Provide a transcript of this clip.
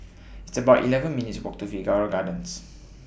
It's about eleven minutes' Walk to Figaro Gardens